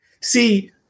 See